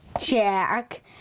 Jack